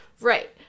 Right